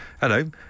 hello